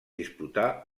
disputà